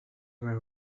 were